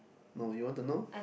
no you want to know